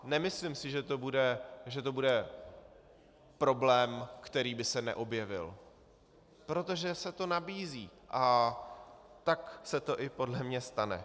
Nemyslím si, že to bude problém, který by se neobjevil, protože se to nabízí, a tak se to i podle mě stane.